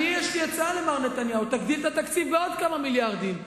אני יש לי הצעה למר נתניהו: תגדיל את התקציב בעוד כמה מיליארדים.